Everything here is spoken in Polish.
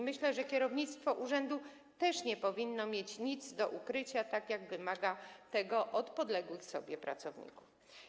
Myślę, że kierownictwo urzędu też nie powinno mieć nic do ukrycia, tak jak wymaga tego od podległych sobie pracowników.